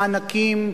מענקים,